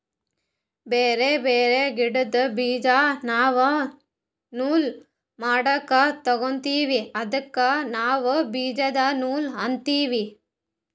ಬ್ಯಾರೆ ಬ್ಯಾರೆ ಗಿಡ್ದ್ ಬೀಜಾ ನಾವ್ ನೂಲ್ ಮಾಡಕ್ ತೊಗೋತೀವಿ ಅದಕ್ಕ ನಾವ್ ಬೀಜದ ನೂಲ್ ಅಂತೀವಿ